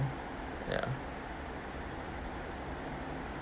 ya